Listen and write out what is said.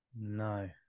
No